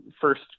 first